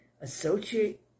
associate